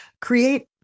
create